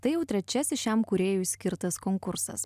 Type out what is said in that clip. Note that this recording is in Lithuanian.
tai jau trečiasis šiam kūrėjui skirtas konkursas